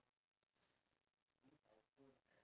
due to the fact that